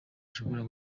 ashobora